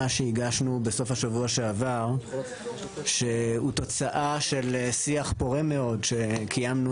שהגשנו בסוף השבוע שעבר שהוא תוצאה של שיח פורה מאוד שקיימנו